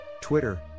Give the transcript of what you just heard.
Twitter